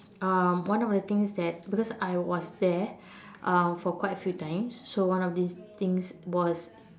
um one of the things that because I was there um for quite a few times so one of this things was